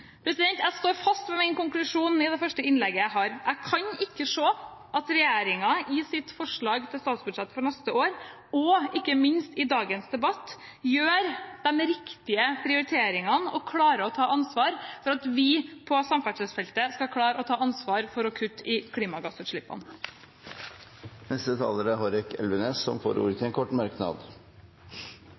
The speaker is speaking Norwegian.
Jeg står fast ved min konklusjon i det første innlegget jeg hadde: Jeg kan ikke se at regjeringen i sitt forslag til statsbudsjett for neste år, og ikke minst i dagens debatt, gjør de riktige prioriteringene og klarer å ta ansvar for at vi på samferdselsfeltet skal klare å kutte i klimagassutslippene. Representanten Hårek Elvenes har hatt ordet to ganger tidligere og får ordet til en kort merknad,